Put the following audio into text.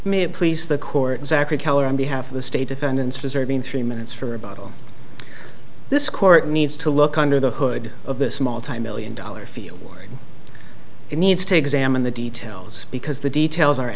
may please the court exactly kalar on behalf of the state defendants reserving three minutes for about all this court needs to look under the hood of this multimillion dollar field why it needs to examine the details because the details are